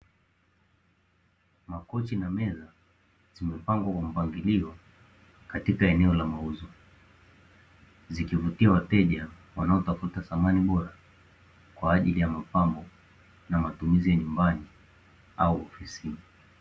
Makochi na meza zimepangwa kwa mpangilio katika eneo la mauzo, zikivutia wateja wanaotafuta samani bora kwa ajili ya mapambo na matumizi ya nyumbani au ofisini.